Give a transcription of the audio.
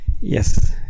Yes